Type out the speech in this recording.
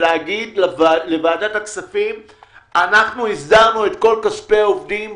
שבמידה והוועדה לא תאשר ליצור את הרכיב של עקיפה לשנה זו,